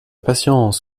patience